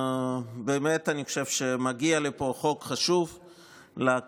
באמת אני חושב שמגיע לפה חוק חשוב לכנסת.